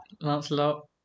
Lancelot